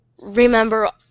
Remember